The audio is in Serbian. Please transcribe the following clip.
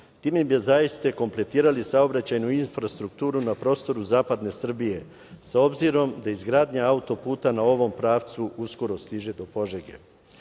bi kompletirali saobraćajnu infrastrukturu na prostoru zapadne Srbije, s obzirom da izgradnja autoputa na ovom pravcu uskoro stiže do Požege.